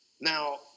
Now